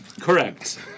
Correct